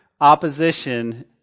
opposition